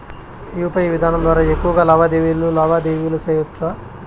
UPI విధానం ద్వారా ఎక్కువగా లావాదేవీలు లావాదేవీలు సేయొచ్చా?